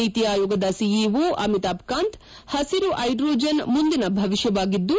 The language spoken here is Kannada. ನೀತಿ ಆಯೋಗದ ಸಿಇಒ ಅಮಿತಾಬ್ ಕಾಂತ್ ಪಸಿರು ಹೈಡ್ರೋಜನ್ ಮುಂದಿನ ಭವಿಷ್ಟವಾಗಿದ್ದು